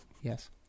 Yes